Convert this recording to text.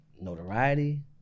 notoriety